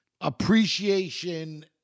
appreciation